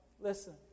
listen